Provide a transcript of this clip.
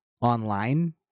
online